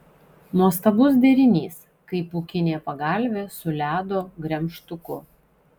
nuostabus derinys kaip pūkinė pagalvė su ledo gremžtuku